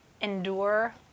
endure